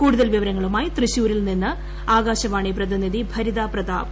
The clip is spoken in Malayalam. കൂടുതൽ വിവരങ്ങളുമായി തൃശൂരിൽ നിന്ന് ആകാശവാണി പ്രതിനിധി ഭരിത പ്രതാപ്